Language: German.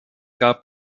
gab